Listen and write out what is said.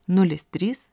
nulis trys